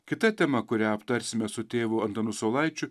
kita tema kurią aptarsime su tėvu antanu saulaičiu